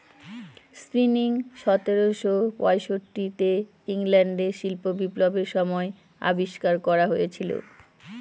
spinning সতেরোশো পয়ষট্টি তে ইংল্যান্ডে শিল্প বিপ্লবের সময় আবিষ্কার করা হয়েছিল